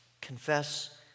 confess